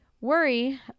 worry